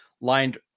lined